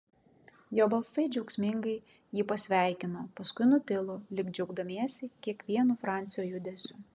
jo balsai džiaugsmingai jį pasveikino paskui nutilo lyg džiaugdamiesi kiekvienu francio judesiu